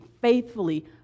faithfully